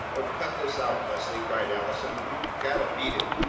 oh, cut this out, leslie, cried allison. we've gotta beat it.